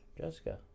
Jessica